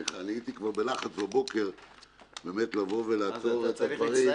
אני הייתי כבר בלחץ בבוקר באמת לבוא ולראות את הדברים.